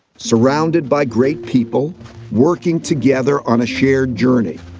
surrounded by great people working together on a shared journey.